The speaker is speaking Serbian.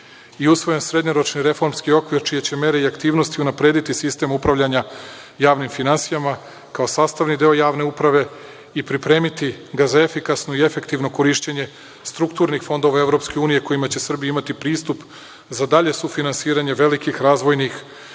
i usvojen srednjoročni reformski okvir, čije će mere i aktivnosti unaprediti sistem upravljanja javnim finansijama kao sastavni deo javne uprave i pripremiti ga za efikasno i efektivno korišćenje strukturnih fondova EU kojima će Srbija imati pristup za dalje sufinansiranje velikih razvojnih